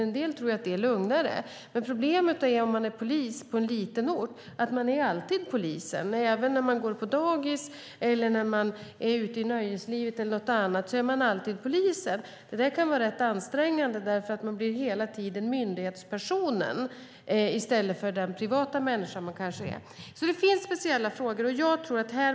En del tror att det är lugnare, men problemet om man är polis på en liten ort är att man alltid är "polisen", även när man går på dagis, är ute i nöjeslivet eller något annat. Det där kan vara rätt ansträngande; man blir hela tiden myndighetspersonen i stället för den privata människa man är. Det finns alltså speciella frågor.